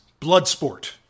Bloodsport